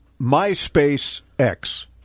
MySpaceX